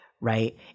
right